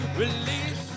release